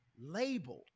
labeled